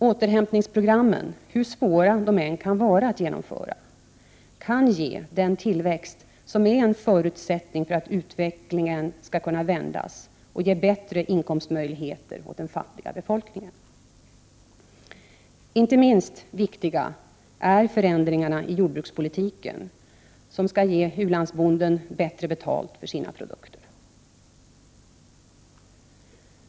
Återhämtningsprogrammen, hur svåra de än kan vara att genomföra, kan ge den tillväxt som är en förutsättning för att utvecklingen skall kunna vändas och ge bättre inkomstmöjligheter åt den fattiga befolkningen. Inte minst viktiga är förändringarna i jordbrukspolitiken, som skall ge u-landsbonden bättre betalt för sina produkter.